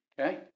Okay